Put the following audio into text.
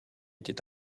était